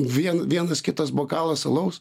vien vienas kitas bokalas alaus